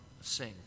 sing